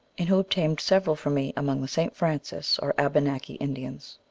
and who obtained several for me among the st. francis or abenaki indians.